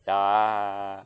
ya